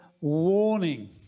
warning